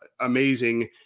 amazing